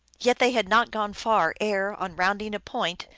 yet they had not gone far ere, on rounding a point,